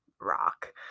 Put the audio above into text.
rock